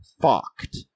fucked